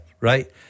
right